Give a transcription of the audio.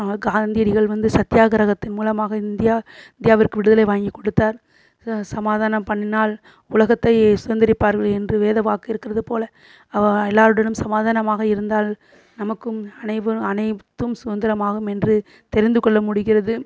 ஆ காந்தியடிகள் வந்து சத்தியாகிரகத்தின் மூலமாக இந்தியா இந்தியாவிற்கு விடுதலை வாங்கிக் கொடுத்தார் சமாதானம் பண்ணினால் உலகத்தையே சுதந்திரிப்பார்கள் என்று வேத வாக்கு இருக்கிறது போல அவர் எல்லோருடனும் சமாதானமாக இருந்தார் நமக்கும் அனைவ அனைத்தும் சுதந்திரமாகும் என்று தெரிந்துகொள்ள முடிகிறது